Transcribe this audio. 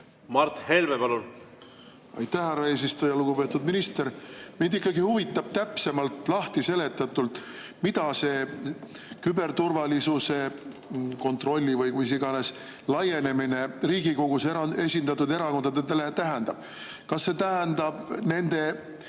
Mart Helme, palun! Aitäh, härra eesistuja! Lugupeetud minister! Mind ikkagi huvitab täpsemalt lahtiseletatult, mida see küberturvalisuse kontrolli või mille iganes laienemine Riigikogus esindatud erakondadele tähendab. Kas see tähendab nende